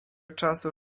czasu